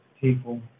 people